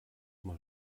mal